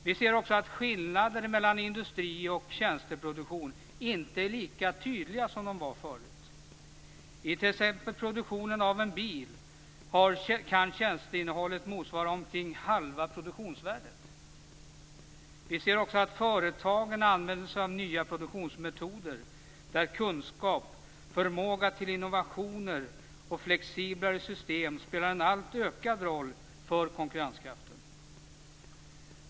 Vi ser att skillnaderna mellan industri och tjänsteproduktion inte är lika tydliga som de var förut. I t.ex. produktionen av en bil kan tjänsteinnehållet motsvara omkring halva produktionsvärdet. Vi ser också att företagen använder sig av nya produktionsmetoder där kunskap, förmåga till innovationer och flexiblare system spelar en allt ökad roll för konkurrenskraften.